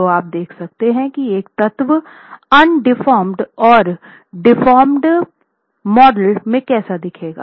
तो आप देख सकते हैं कि एक तत्व उन्डेफोमेड और डेफोमेड मॉडल में कैसा दिखेगा